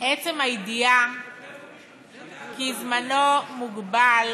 עצם הידיעה שזמנו מוגבל